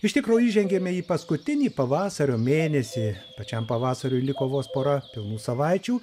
iš tikro įžengėme į paskutinį pavasario mėnesį pačiam pavasariui liko vos pora pilnų savaičių